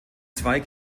zwei